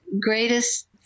Greatest